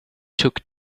took